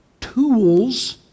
tools